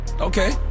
Okay